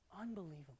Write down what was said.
Unbelievable